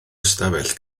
ystafell